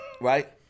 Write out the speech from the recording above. right